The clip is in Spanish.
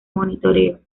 monitoreo